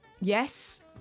Yes